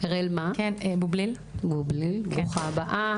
ברוכה הבאה.